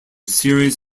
series